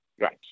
Right